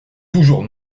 toujours